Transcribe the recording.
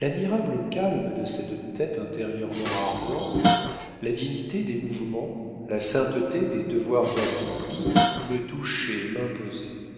l'admirable calme de cette tête intérieurement ardente la dignité des mouvements la sainteté des devoirs accomplis me touchaient et m'imposaient